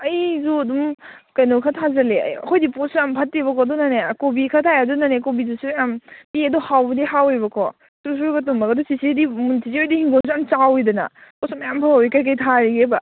ꯑꯩꯁꯨ ꯑꯗꯨꯝ ꯀꯩꯅꯣ ꯈꯔ ꯊꯥꯖꯜꯂꯦ ꯑꯩꯈꯣꯏꯗꯤ ꯄꯣꯠꯁꯨ ꯌꯥꯝ ꯐꯠꯇꯦꯕꯀꯣ ꯑꯗꯨꯅꯅꯦ ꯀꯣꯕꯤ ꯈꯔ ꯊꯥꯏ ꯑꯗꯨꯅꯅꯦ ꯀꯣꯕꯤꯗꯨꯁꯨ ꯌꯥꯝ ꯄꯤꯛꯑꯦ ꯑꯗꯨ ꯍꯥꯎꯕꯨꯗꯤ ꯍꯥꯎꯋꯦꯕꯀꯣ ꯁ꯭ꯔꯨꯁ꯭ꯔꯨꯒ ꯇꯨꯝꯃꯒ ꯑꯗꯨ ꯆꯤꯆꯦꯗꯤ ꯆꯤꯆꯦ ꯍꯣꯏꯗꯤ ꯍꯤꯡꯒꯣꯜꯁꯨ ꯌꯥꯝ ꯆꯥꯎꯋꯤꯗꯅ ꯄꯣꯠꯁꯨ ꯃꯌꯥꯝ ꯍꯧꯋꯤ ꯀꯩꯀꯩ ꯊꯥꯔꯤꯒꯦꯕ